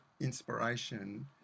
inspiration